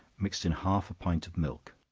mixed in half a pint of milk,